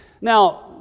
Now